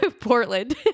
portland